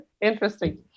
Interesting